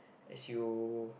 as you